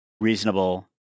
reasonable